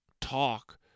talk